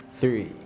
three